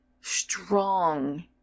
strong